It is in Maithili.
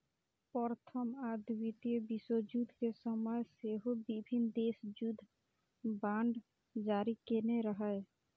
प्रथम आ द्वितीय विश्वयुद्ध के समय सेहो विभिन्न देश युद्ध बांड जारी केने रहै